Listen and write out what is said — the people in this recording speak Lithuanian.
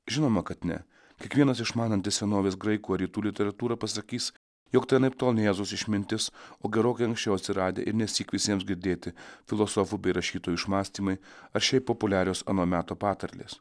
žinoma kad ne kiekvienas išmanantis senovės graikų ar rytų literatūrą pasakys jog tai anaiptol ne jėzaus išmintis o gerokai anksčiau atsiradę ir nesyk visiems girdėti filosofų bei rašytojų išmąstymai ar šiaip populiarios ano meto patarlės